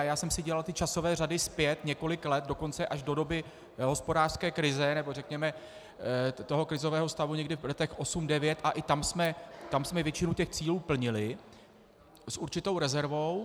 Já jsem si dělal ty časové řady zpět několik let, dokonce až do doby hospodářské krize, nebo řekněme krizového stavu někdy v letech osm devět, a i tam jsme většinu cílů plnili s určitou rezervou.